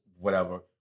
whatever-